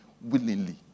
willingly